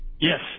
Yes